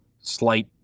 slight